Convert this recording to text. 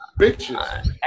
bitches